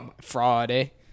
Friday